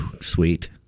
Sweet